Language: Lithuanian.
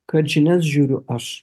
kad žinias žiūriu aš